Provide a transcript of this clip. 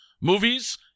Movies